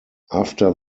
after